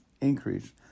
increase